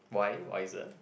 why wiser